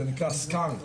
זה נקרא skunk,